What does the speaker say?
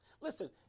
Listen